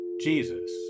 Jesus